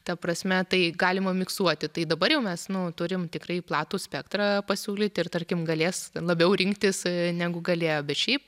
ta prasme tai galima miksuoti tai dabar jau mes turim tikrai platų spektrą pasiūlyti ir tarkim galės labiau rinktis negu galėjo bet šiaip